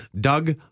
Doug